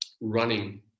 running